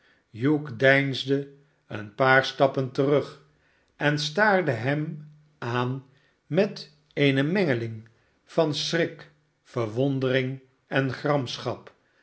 hugh deinsde een paar stappen terug en staarde hem aan met eene mengeling van schrik verwondering en